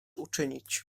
uczynić